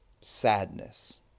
sadness